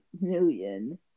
million